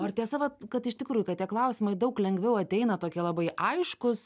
o ar tiesa va kad iš tikrųjų kad tie klausimai daug lengviau ateina tokie labai aiškūs